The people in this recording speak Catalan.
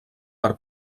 per